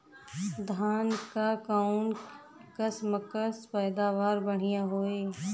धान क कऊन कसमक पैदावार बढ़िया होले?